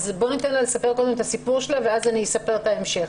אז בוא ניתן לה לספר קודם את הסיפור שלה ואז אני אספר את ההמשך.